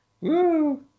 Woo